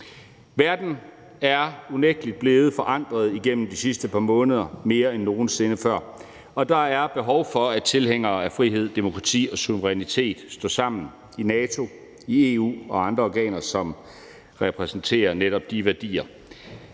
Verden er unægtelig blevet forandret igennem de sidste par måneder, mere end nogen sinde før. Og der er behov for, at tilhængere af frihed, demokrati og suverænitet står sammen i NATO, i EU og i andre organer, som repræsenterer netop de værdier.